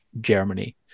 Germany